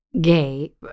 gay